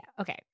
okay